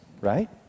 right